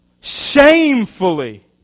shamefully